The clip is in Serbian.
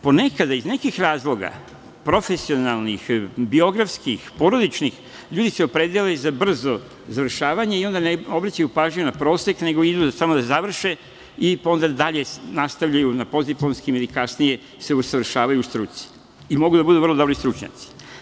Ponekada iz nekih razloga profesionalnih, biografskih, porodičnih, ljudi se opredele za brzo završavanje i onda ne obraćaju pažnju na prosek, nego idu samo da završe, pa onda dalje nastavljaju na postdiplomskim i kasnije se usavršavaju u struci, i mogu da budu vrlo dobri stručnjaci.